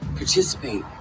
participate